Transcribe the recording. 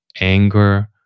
anger